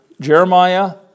Jeremiah